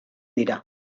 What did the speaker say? dira